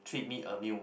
treat me a meal